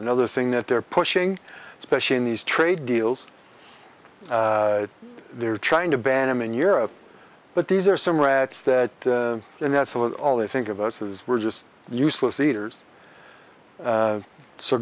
another thing that they're pushing especially in these trade deals they're trying to ban them in europe but these are some rats that and that's all they think of us as we're just useless eaters